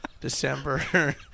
december